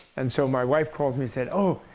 and so, my wife called me said, oh,